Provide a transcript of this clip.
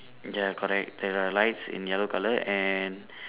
ya correct there are lights in yellow colour and